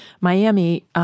Miami